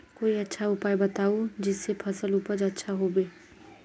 कोई अच्छा उपाय बताऊं जिससे फसल उपज अच्छा होबे